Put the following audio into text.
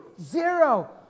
Zero